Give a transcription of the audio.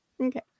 Okay